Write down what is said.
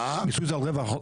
מיסוי זה על רווח.